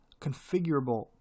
configurable